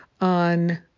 on